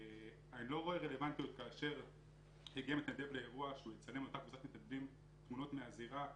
אני לא רואה רלוונטיות שמתנדב שהגיע לאירוע יצלם תמונות מהזירה,